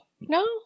No